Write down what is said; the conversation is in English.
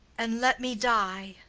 and let me die.